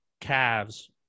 calves